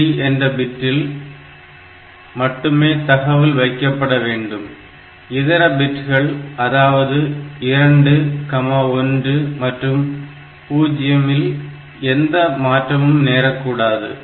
3 என்ற பிட்டில் மட்டுமே தகவல் வைக்கப்படவேண்டும் இதர பிட்கள் அதாவது 21 மற்றும் 0 இல் எந்த மாற்றமும் நேரக்கூடாது